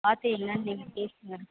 பார்த்து என்னன்னு நீங்கள் பேசுங்கள்